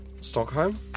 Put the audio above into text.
Stockholm